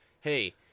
hey